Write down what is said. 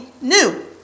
new